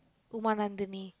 Uma Nandhini